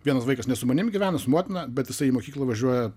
vienas vaikas ne su manim gyvena su motina bet jisai į mokyklą važiuoja